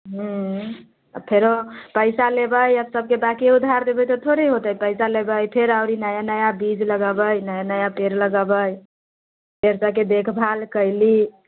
फेरो पैसा लेबै आ सभकेँ बाँकी उधार देबै तऽ थोड़े होतै पैसा लेबै फेर आओर ई नया नया बीज लगबै नया नया पेड़ लगबै फेर सभकेँ देखभाल कयली